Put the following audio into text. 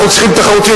אנחנו צריכים תחרותיות,